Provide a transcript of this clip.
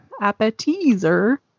Appetizer